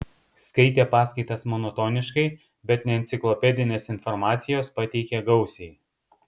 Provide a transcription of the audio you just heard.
skaitė paskaitas monotoniškai bet neenciklopedinės informacijos pateikė gausiai